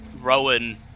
Rowan